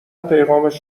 پیغامش